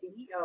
CEO